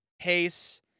pace